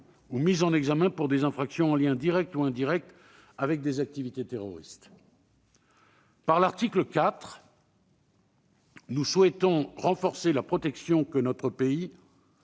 ou mise en examen pour des infractions en lien direct ou indirect avec des activités terroristes. Par l'article 4, nous souhaitons renforcer la protection que notre pays